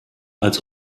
als